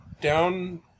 down